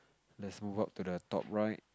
let's move up to the top right